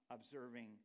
observing